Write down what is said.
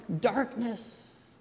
darkness